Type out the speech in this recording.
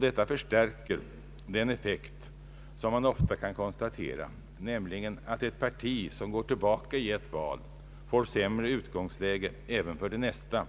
Detta förstärker den effekt som man ofta kan konstatera, nämligen att ett parti som går tillbaka i ett val får sämre utgångsläge även för det nästa,